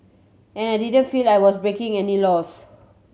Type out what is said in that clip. and I didn't feel I was breaking any laws